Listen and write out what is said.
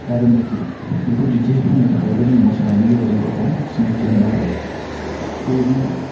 जा रोंगौथि बेखौ दिन्थिफुंनो थाखायबो जों मोसानायनि गेजेरजों गावखौ सिनायथि होनो हागोन बेबायदिनो